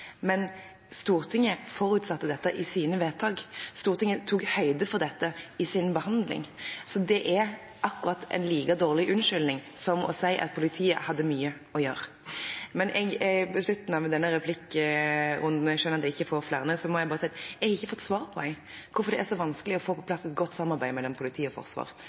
Men Stortinget forutsatte dette i sine vedtak. Stortinget tok høyde for dette i sin behandling. Så det er akkurat en like dårlig unnskyldning som å si at politiet hadde mye å gjøre. Siden jeg er ved slutten av denne replikkrunden, og jeg skjønner at ikke jeg får flere replikker, må jeg bare si at jeg ikke har fått svar på hvorfor det er så vanskelig å få på plass et godt samarbeid mellom politi og forsvar.